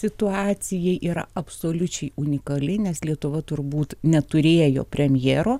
situacija yra absoliučiai unikali nes lietuva turbūt neturėjo premjero